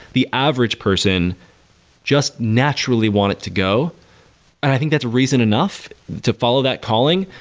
the average person just naturally want it to go and i think that's a reason enough to follow that calling.